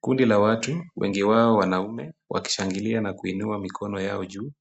Kundi la watu, wengi wao wanaume, wakishangilia na kuinua mikono yao juu.